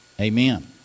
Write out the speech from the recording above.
Amen